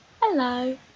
Hello